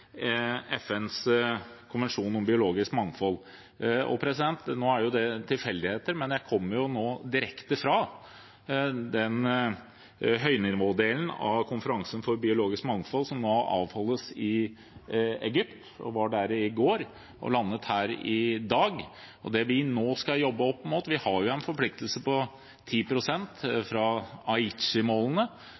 FNs konvensjon om biologisk mangfold. Nå er det jo tilfeldig at jeg kommer direkte fra høynivådelen av konferansen for biologisk mangfold som nå avholdes i Egypt. Jeg var der i går og landet her i dag. Vi har en forpliktelse på 10 pst. fra Aichi-målene, som vi ikke er i nærheten av, men vi